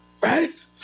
Right